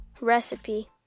recipe